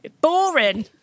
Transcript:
boring